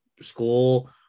school